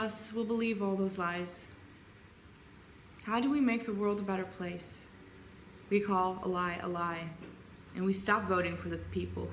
us will believe all those lies how do we make the world a better place we call a law a law and we start voting for the people